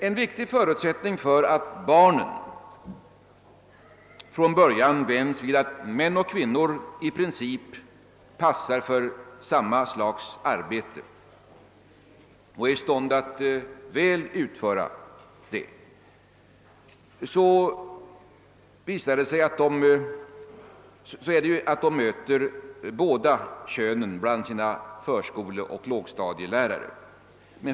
En viktig förutsättning för att barnen från början vänjs vid att män och kvinnor i princip passar för samma slags arbete och är i stånd att väl utföra det är att de möter båda könen bland sina förskoleoch lågstadielärare.